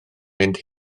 mynd